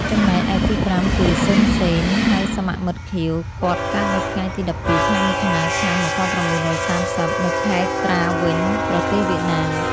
ចំណែកឯទីប្រាំគឺ សុន សេន (ហៅសមមិត្ត ខៀវ) គាត់កើតនៅថ្ងៃទី១២ ខែមិថុនា ឆ្នាំ១៩៣០ នៅខេត្តត្រាវិញ ប្រទេសវៀតណាម។